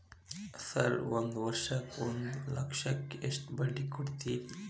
Sir ಒಂದು ವರ್ಷಕ್ಕ ಒಂದು ಲಕ್ಷಕ್ಕ ಎಷ್ಟು ಬಡ್ಡಿ ಕೊಡ್ತೇರಿ?